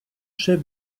chef